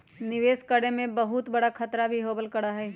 निवेश करे में बहुत बडा खतरा भी होबल करा हई